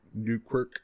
Newquirk